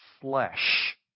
flesh